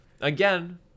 Again